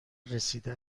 رسیده